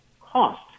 cost